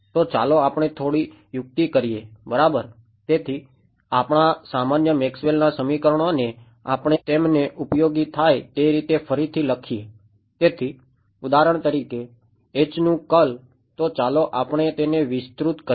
તો ચાલો આપણે થોડી યુક્તિ કરીએ